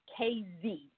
KZ